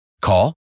Call